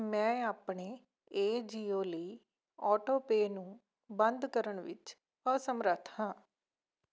ਮੈਂ ਆਪਣੇ ਏਜੀਓ ਲਈ ਔਟੋਪੇਅ ਨੂੰ ਬੰਦ ਕਰਨ ਵਿੱਚ ਅਸਮਰੱਥ ਹਾਂ